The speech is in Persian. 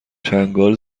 چنگال